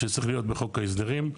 שצריך להיות בחוק ההסדרים.